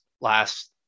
last